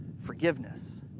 forgiveness